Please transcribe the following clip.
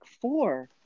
four